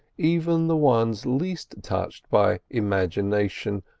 even the ones least touched by imagination,